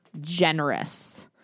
generous